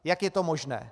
Jak je to možné?